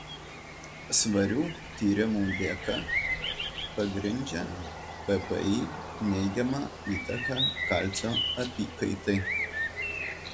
svarių tyrimų dėka pagrindžia ppi neigiamą įtaką kalcio apykaitai